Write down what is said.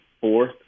fourth